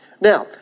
Now